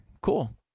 cool